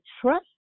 trust